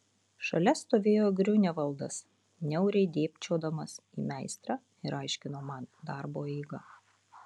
šalia stovėjo griunevaldas niauriai dėbčiodamas į meistrą ir aiškino man darbo eigą